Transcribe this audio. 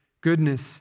goodness